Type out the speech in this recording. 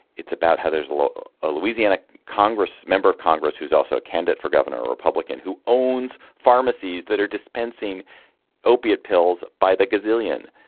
it's about how there's a louisiana congress member of congress who's also a candidate for governor a republican who owns pharmacies that are dispensing opiate pills by the gazillion.